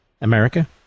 America